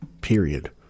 Period